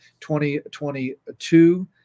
2022